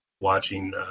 watching